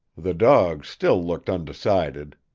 the dog still looked undecided.